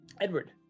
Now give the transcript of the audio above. Edward